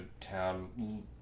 town